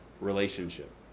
relationship